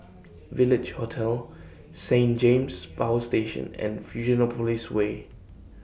Village Hotel Saint James Power Station and Fusionopolis Way